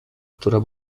która